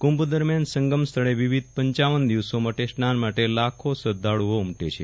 કુંભ દરમિયાન સંગમ સ્થળે વિવિધ પપ દિવસો માટે સ્નાન માટે લાખો શ્રધ્ધાળુઓ ઉમટે છે